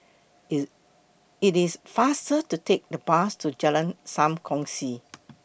IT IT IS faster to Take The Bus to Jalan SAM Kongsi